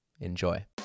Enjoy